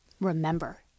remember